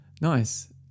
Nice